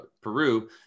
Peru